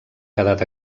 quedat